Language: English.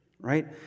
Right